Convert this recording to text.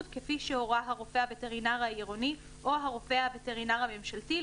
כפי שהורה הרופא הווטרינר העירוני או הרופא הווטרינר הממשלתי,